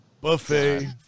Buffet